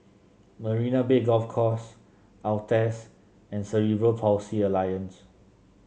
Marina Bay Golf Course Altez and Cerebral Palsy Alliance